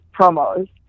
promos